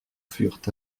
furent